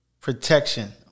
protection